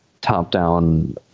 top-down